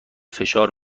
فشار